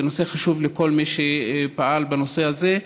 זה נושא חשוב לכל מי שפעל בנושא הזה,